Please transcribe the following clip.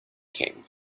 king